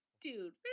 Dude